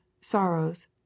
sorrows